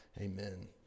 Amen